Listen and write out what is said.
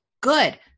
Good